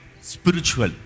Spiritual